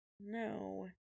No